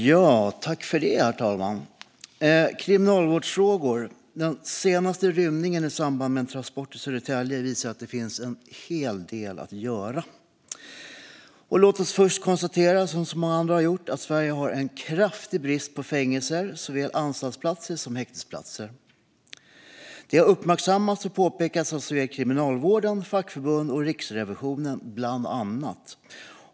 Herr talman! Den här debatten handlar om kriminalvårdsfrågor. Den senaste rymningen i samband med en transport i Södertälje visar att det finns en hel del att göra. Låt mig först som så många andra konstatera att Sverige har kraftig brist på fängelser, såväl anstaltsplatser som häktesplatser. Detta har uppmärksammats och påpekats av såväl Kriminalvården själv som fackförbund och Riksrevisionen, bland andra.